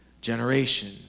generation